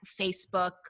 facebook